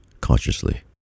consciously